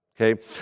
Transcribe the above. okay